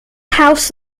house